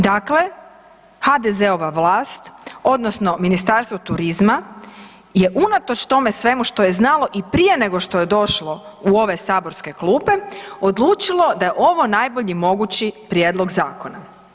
Dakle, HDZ-ova vlast, odnosno Ministarstvo turizma je unatoč tome svemu što je znalo i prije nego što je došlo u ove saborske klupe, odlučilo da je ovo najbolji mogući prijedlog Zakona.